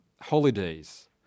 holidays